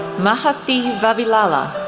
mahati vavilala,